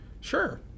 Sure